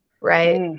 Right